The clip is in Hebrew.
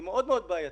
זה מאוד מאוד בעייתי.